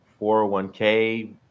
401k